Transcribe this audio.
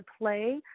play